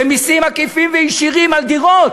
ומסים עקיפים וישירים על דירות,